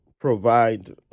provide